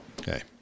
okay